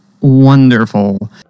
Wonderful